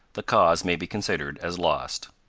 the cause may be considered as lost.